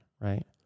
right